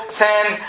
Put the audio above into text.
send